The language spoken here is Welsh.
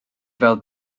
fel